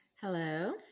Hello